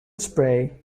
spray